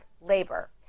labor